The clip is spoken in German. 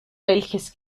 welches